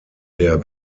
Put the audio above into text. der